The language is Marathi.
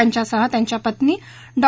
यांच्यासह त्यांच्या पत्नी डॉ